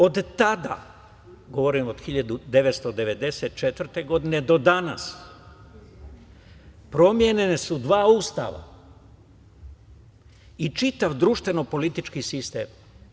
Od tada, govorim od 1994. godine, do danas promenjena su dva ustava i čitav društveno politički sistem.